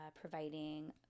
providing